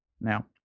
Now